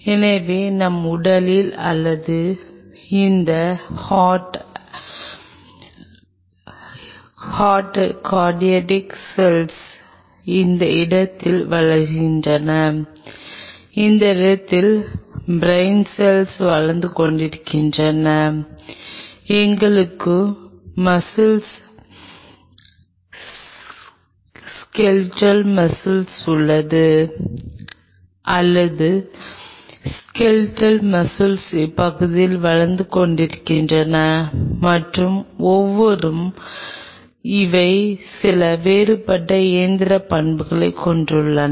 எனவே நம் உடலில் அல்லது இந்த ஹார்ட்டில் ஹார்ட் கார்டியாடிக் செல்கள் அந்த இடத்தில் வளர்கின்றன அந்த இடத்தில் பிரைன் செல்கள் வளர்ந்து கொண்டிருக்கின்றன எங்களுக்கு மஸ்ஸிள் ஸ்கெலெட்டல் மஸ்ஸிள் உள்ளது அல்லது ஸ்கெலெட்டல் மஸ்ஸிள் இப்பகுதியில் வளர்ந்து கொண்டிருக்கின்றன மற்றும் ஒவ்வொன்றும் இவை சில வேறுபட்ட இயந்திர பண்புகளைக் கொண்டுள்ளன